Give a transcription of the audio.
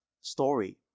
story